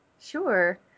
Sure